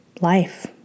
life